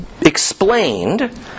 explained